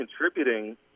contributing